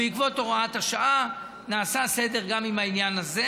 בעקבות הוראת השעה נעשה סדר גם עם העניין הזה.